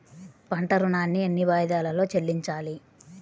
పంట ఋణాన్ని ఎన్ని వాయిదాలలో చెల్లించాలి?